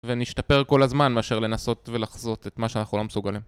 ונשתפר כל הזמן מאשר לנסות ולחזות את מה שאנחנו לא מסוגלים.